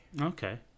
Okay